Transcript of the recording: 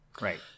right